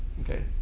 Okay